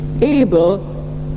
able